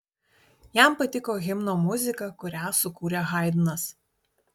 jam patiko himno muzika kurią sukūrė haidnas